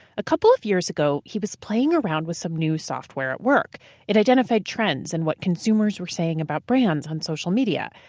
a couple of years ago he was playing around with some new software at work that identified trends in what consumers were saying about brands on social media.